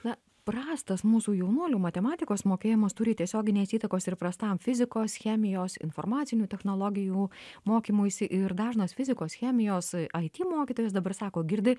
na prastas mūsų jaunuolių matematikos mokėjimas turi tiesioginės įtakos ir prastam fizikos chemijos informacinių technologijų mokymuisi ir dažnos fizikos chemijos it mokytojas dabar sako girdi